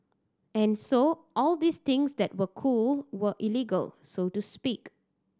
and so all these things that were cool were illegal so to speak